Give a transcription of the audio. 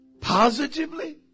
Positively